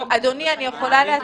אדוני, אני יכולה להסביר?